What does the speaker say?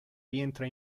rientra